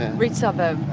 rich suburb.